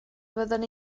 fydden